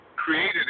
created